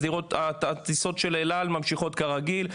הטיסות של אל על ממשיכות כרגיל,